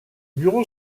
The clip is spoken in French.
bureau